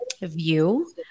view